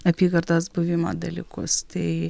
apygardos buvimą dalykus tai